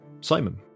Simon